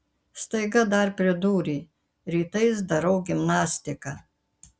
staiga dar pridūrė rytais darau gimnastiką